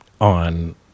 on